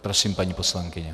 Prosím, paní poslankyně.